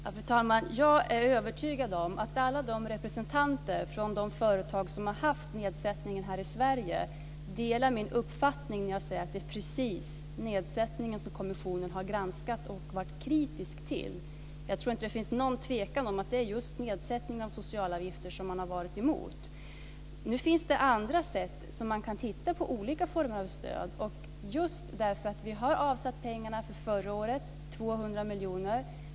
Fru talman! Jag är övertygad om att alla de representanter från de företag som har haft nedsättningen här i Sverige delar min uppfattning när jag säger att det är just nedsättningen som kommissionen har granskat och varit kritisk mot. Jag tror inte att det finns något tvivel om att det är just nedsättningen av sociala avgifter som man har varit emot. Nu finns det andra sätt. Man kan titta på olika former av stöd, just därför att vi har avsatt pengarna för förra året, 200 miljoner.